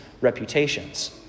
reputations